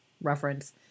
reference